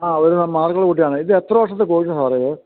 ആ ഒരുവിതം മാര്ക്കുള്ള കുട്ടിയാണ് ഇത് എത്ര വര്ഷത്തെ കോഴ്സാണ് സാറേ ഇത്